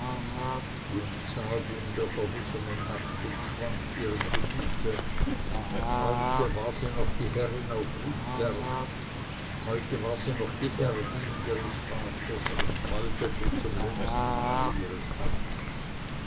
die entsagung der verwichenen nacht entschwand ihrem gemüte heute war sie noch die herrin auf riedberg heute war sie noch die erbin ihres vaters und waltete zum letzten male ihres amts